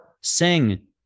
sing